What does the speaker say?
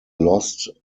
lost